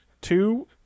Two